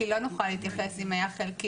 כי לא נוכל להתייחס אם היה חלקי,